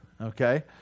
Okay